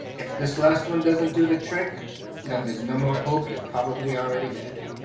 if this last one doesn't do the trick then there's no more hope, you're probably already dead.